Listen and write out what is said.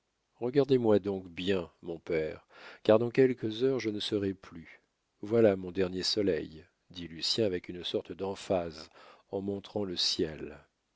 regardez-moi donc bien mon père car dans quelques heures je ne serai plus voilà mon dernier soleil dit lucien avec une sorte d'emphase en montrant le ciel